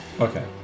Okay